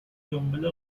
دنبال